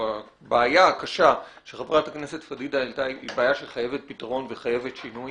הבעיה הקשה שחברת הכנסת פדידה העלתה היא בעיה שחייבת פתרון וחייבת שינוי